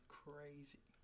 crazy